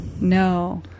No